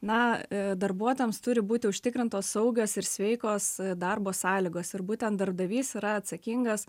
na darbuotojams turi būti užtikrintos saugios ir sveikos darbo sąlygos ir būtent darbdavys yra atsakingas